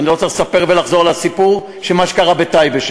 ואני לא צריך לספר ולחזור על הסיפור של מה שקרה בטייבה,